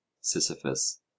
Sisyphus